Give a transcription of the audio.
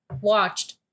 watched